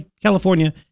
California